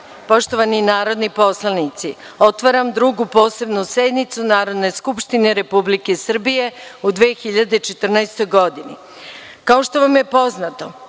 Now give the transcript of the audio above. poštovani narodni poslanici, otvaram Drugu posebnu sednicu Narodne skupštine Republike Srbije u 2014. godini. Kao što vam je poznato,